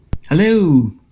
Hello